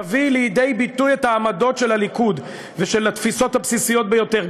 תביא לידי ביטוי את העמדות של הליכוד ואת התפיסות הבסיסיות ביותר,